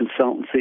consultancy